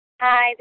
Hi